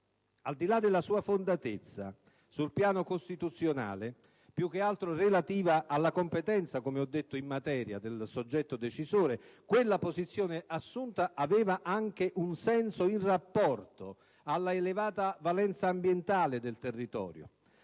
Al di là della sua fondatezza sul piano costituzionale, più che altro relativa - come ho detto - alla competenza in materia del soggetto decisore, la posizione assunta dalla Regione aveva anche un senso in rapporto all'elevata valenza ambientale del territorio,